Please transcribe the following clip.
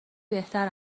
بهتر